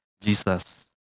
Jesus